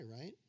right